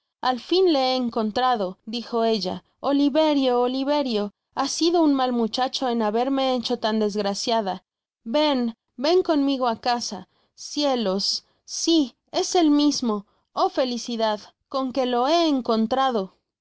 al fin le he encontrado dijo ella oliverio oliverio has sido un mal muchacho en haberme hecho tan desgraciada ven ven conmigo á casa cielos si es el mismo o felicidad con que lo hé encontrado en